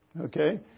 Okay